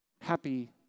Happy